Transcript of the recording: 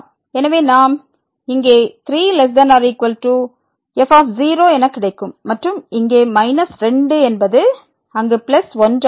எனவே நாம் இங்கே 3 ≤ f என கிடைக்கும் மற்றும் இங்கே மைனஸ் 2 என்பது அங்கு பிளஸ் 1 ஆகும்